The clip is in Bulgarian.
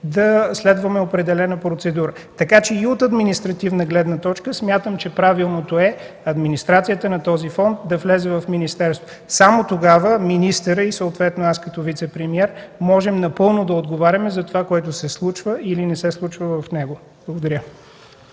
да следваме определена процедура. Така че и от административна гледна точка, смятам, че правилното е администрацията на този фонд да влезе в министерство. Само тогава министърът, съответно и аз като вицепремиер, можем напълно да отговаряме за това, което се случва, или не се случва в него. Благодаря.